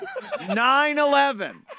9-11